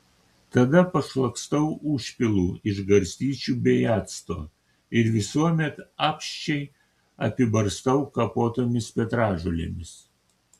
tada pašlakstau užpilu iš garstyčių bei acto ir visuomet apsčiai apibarstau kapotomis petražolėmis